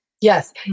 Yes